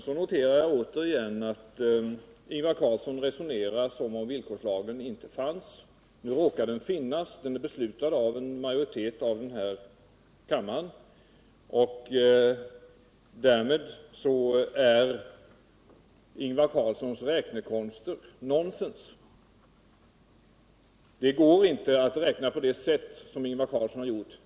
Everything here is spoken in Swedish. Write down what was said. Jag noterade återigen att Ingvar Carlsson resonerar som om villkorslagen inte fanns. Nu råkar den finpas. Den är beslutad av en majoritet i den här kammaren ogh därmed är Ingvar Carlssons räknekonster nonsens. Det går inte att räkna på det sätt som Ingvar Carlsson gör.